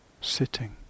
sitting